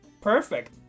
perfect